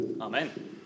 Amen